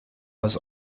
was